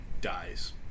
dies